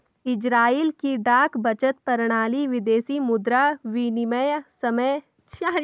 Israel की डाक बचत प्रणाली विदेशी मुद्रा विनिमय सेवाएं भी देती है